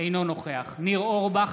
אינו נוכח ניר אורבך,